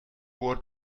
bor